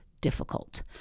difficult